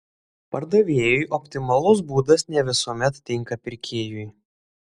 pardavėjui optimalus būdas ne visuomet tinka pirkėjui